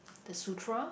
the sutra